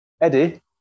Eddie